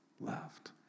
left